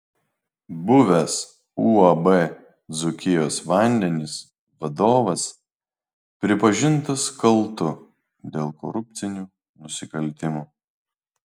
buvęs uab dzūkijos vandenys vadovas pripažintas kaltu dėl korupcinių nusikaltimų